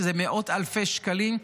שזה מאות אלפי שקלים,